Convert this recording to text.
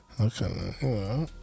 Okay